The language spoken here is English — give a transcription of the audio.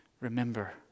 remember